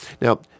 Now